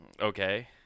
Okay